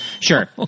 sure